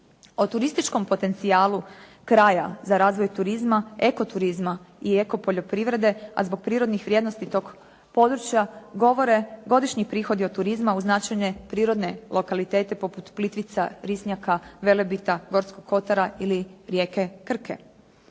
O turističkom potencijalu kraja za razvoj turizma, eko turizma i eko poljoprivrede, a zbog prirodnih vrijednosti tog područja govore godišnji prihodi ode turizma u značajne prirodne lokalitete poput Plitvica, Risnjaka, Velebita, Gorskog kotara ili rijeke Krke.